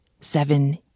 seven